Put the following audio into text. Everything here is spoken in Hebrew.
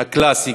הקלאסי,